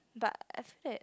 but I feel that